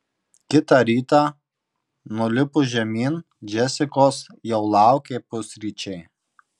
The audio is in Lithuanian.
kitą rytą nulipus žemyn džesikos jau laukė pusryčiai